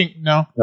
No